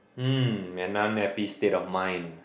um may none happy state of mind